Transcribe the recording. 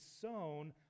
sown